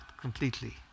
completely